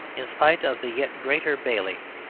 in spite of the yet greater bailey,